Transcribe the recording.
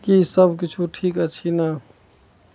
की सबकिछु ठीक अछि कि ने